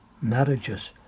marriages